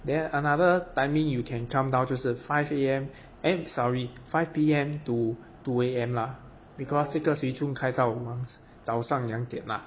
then another timing you can come down 就是 five A_M eh sorry five pm to two am lah because 这个 swee choon 开到 w~ 早上两点啦